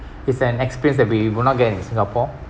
it's an experience that we would not get in singapore